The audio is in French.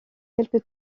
quelque